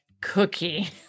cookie